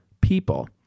people